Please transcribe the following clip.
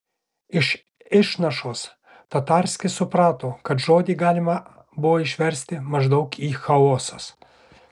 iš išnašos tatarskis suprato kad žodį galima buvo išversti maždaug į chaosas